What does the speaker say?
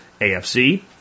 AFC